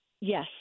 Yes